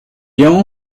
your